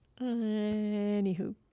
Anywho